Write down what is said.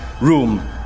room